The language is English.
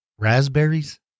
Raspberries